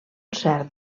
cert